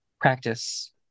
Practice